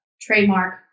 trademark